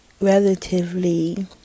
relatively